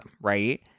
right